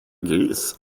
gris